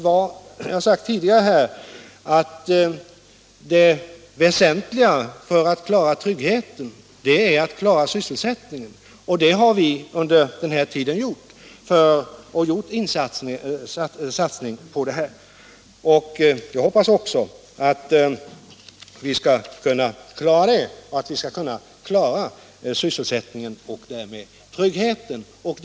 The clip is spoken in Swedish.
Som jag sagt tidigare är det väsentligt för tryggheten att man kan klara sysselsättningen, och det har vi under den här tiden gjort samtidigt som vi satsat på det aktuella programmet. Jag hoppas också att vi skall lyckas med att ordna sysselsättning och därigenom åstadkomma trygghet för människorna.